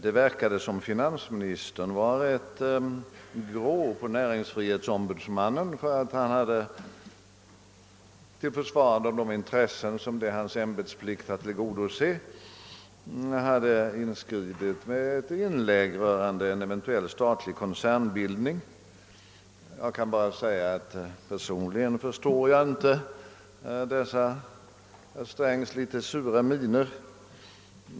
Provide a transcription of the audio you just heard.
Det verkade som om finansministern var rätt sur på näringsfrihetsombudsmannen för att denne till försvarande av de intressen som det är hans ämbetsplikt att tillgodose hade gjort ett inlägg rörande en eventuell statlig - koncernbildning. Personligen förstår jag inte dessa herr Strängs litet sura miner.